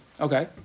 Okay